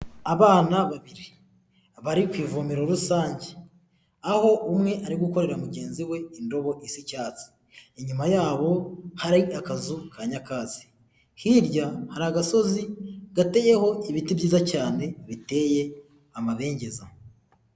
Abana babiri bari ku ivomero rusange aho umwe ari gukorera mugenzi we indobo isa icyatsi, inyuma yabo hari akazu ka nyakatsi, hirya hari agasozi gateyeho ibiti byiza cyane biteye amabengeza.